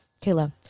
Kayla